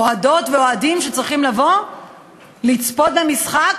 אוהדות ואוהדים שרוצים לבוא לצפות במשחק,